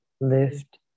lift